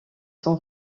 sont